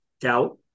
doubt